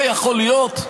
זה יכול להיות?